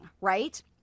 right